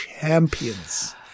Champions